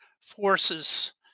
forces